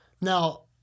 now